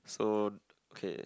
so okay